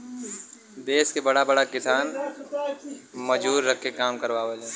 देस के बड़ा बड़ा किसान मजूरा रख के काम करावेलन